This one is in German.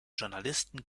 journalisten